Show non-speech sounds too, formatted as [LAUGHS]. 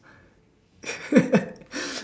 [LAUGHS]